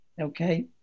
okay